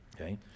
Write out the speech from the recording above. Okay